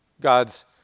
God's